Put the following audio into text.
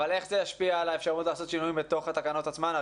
אבל איך זה ישפיע על האפשרות לעשות שינוי בתוך התקנות עצמן?